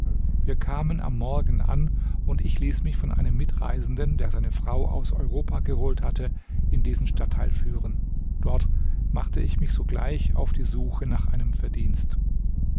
wir kamen am morgen an und ich ließ mich von einem mitreisenden der seine frau aus europa geholt hatte in diesen stadtteil führen dort machte ich mich sogleich auf die suche nach einem verdienst